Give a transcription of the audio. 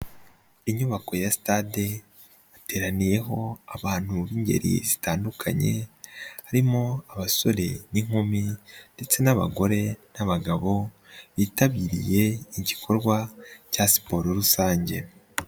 Inyubako ya sitade, hateraniyeho abantu b'ingeri zitandukanye harimo abasore n'inkumi ndetse n'abagore n'abagabo, bitabiriye igikorwa cya siporo rusange.